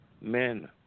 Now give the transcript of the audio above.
men